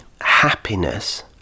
happiness